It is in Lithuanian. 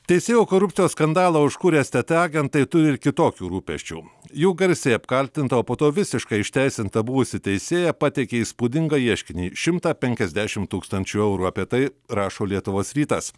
teisėjų korupcijos skandalą užkurę es t t agentai turi ir kitokių rūpesčių jų garsiai apkaltinta o po to visiškai išteisinta buvusi teisėja pateikė įspūdingą ieškinį šimtą penkiasdešimt tūkstančių eurų apie tai rašo lietuvos rytas